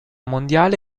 mondiale